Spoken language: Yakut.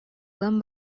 ылан